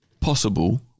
possible